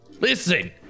Listen